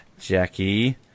Jackie